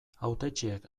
hautetsiek